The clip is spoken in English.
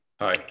Hi